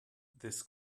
this